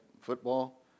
football